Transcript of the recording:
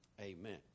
Amen